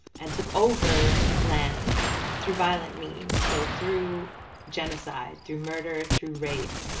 and took over land through violent means. so through genocide, through murder, through rape,